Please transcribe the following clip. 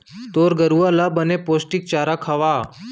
तोर गरूवा ल बने पोस्टिक चारा खवा